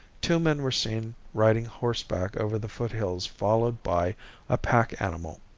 two men were seen riding horseback over the foot hills followed by a pack animal.